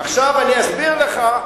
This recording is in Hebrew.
עכשיו אני אסביר לך,